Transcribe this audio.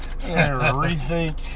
rethink